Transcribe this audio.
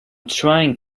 trying